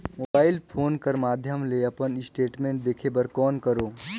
Mobile phone कर माध्यम ले अपन स्टेटमेंट देखे बर कौन करों?